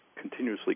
continuously